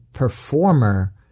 performer